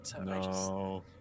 No